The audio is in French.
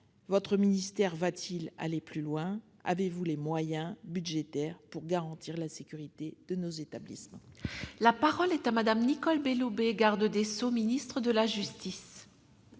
Votre ministère va-t-il aller plus loin ? Avez-vous les moyens budgétaires pour garantir la sécurité de nos établissements ? La parole est à Mme la garde des sceaux. Madame la sénatrice,